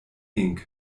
inc